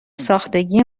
ساختگی